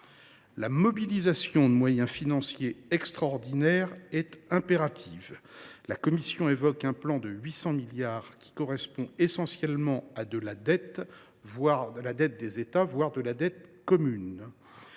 La mobilisation de moyens financiers extraordinaires est impérative. La Commission évoque un plan de 800 milliards d’euros qui correspond essentiellement à de la dette des États, voire à de la dette commune.